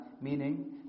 meaning